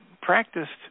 practiced